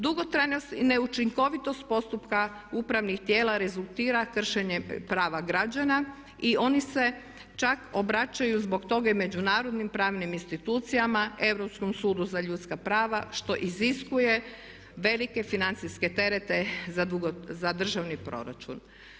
Dugotrajnost i neučinkovitost postupka upravnih tijela rezultira kršenjem prava građana i oni se čak obraćaju zbog toga i međunarodnim pravnim institucijama, Europskom sudu za ljudska prava što iziskuje velike financijske terete za državni proračun.